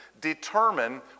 determine